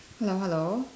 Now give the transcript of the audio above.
hello hello